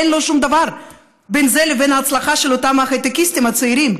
אין דבר בינו לבין ההצלחה של אותם הייטקיסטים צעירים,